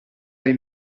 dai